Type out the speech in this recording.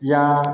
या